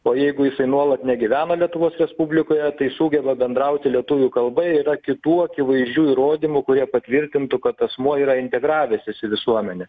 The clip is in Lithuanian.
o jeigu jisai nuolat negyvena lietuvos respublikoje tai sugeba bendrauti lietuvių kalba yra kitų akivaizdžių įrodymų kurie patvirtintų kad asmuo yra integravęsis į visuomenę